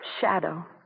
shadow